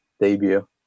debut